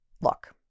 Look